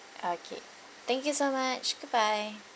okay thank you so much goodbye